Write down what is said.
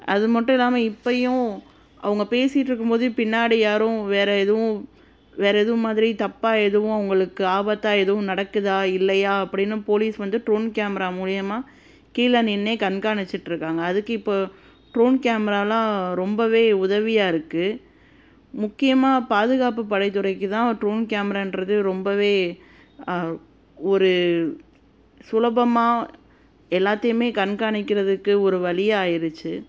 அது மட்டும் இல்லாமல் இப்பயும் அவங்க பேசிகிட்டு இருக்கும் போதே பின்னாடி யாரும் வேற எதுவும் வேற எதுவும் மாதிரி தப்பாக எதுவும் அவங்களுக்கு ஆபத்தாக எதுவும் நடக்குதா இல்லையா அப்படின்னு போலீஸ் வந்து ட்ரோன் கேமரா மூலயமா கீழே நின்றே கண்காணிச்சிட்ருக்காங்கள் அதுக்கு இப்போ ட்ரோன் கேமராலாம் ரொம்பவே உதவியாக இருக்குது முக்கியமாக பாதுகாப்பு படைத்துறைக்கு தான் ட்ரோன் கேமரான்றது ரொம்பவே ஒரு சுலபமாக எல்லாத்தையுமே கண்காணிக்கிறதுக்கு ஒரு வழியா ஆயிடுச்சு